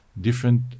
different